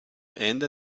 ende